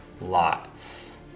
lots